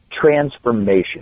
transformation